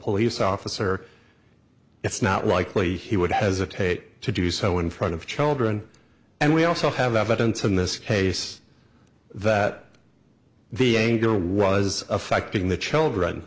police officer it's not likely he would hesitate to do so in front of children and we also have evidence in this case that the anger was affecting the children